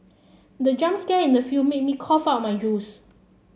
the jump scare in the film made me cough out my juice